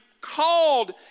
called